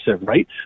right